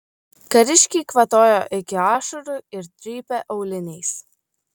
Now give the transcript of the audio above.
kariškiai kvatojo iki ašarų ir trypė auliniais